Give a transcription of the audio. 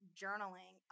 journaling